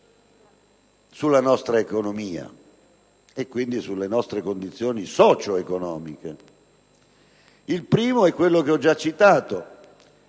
sulla nostra economia e sulle nostre condizioni socio-economiche. Il primo, che ho già citato,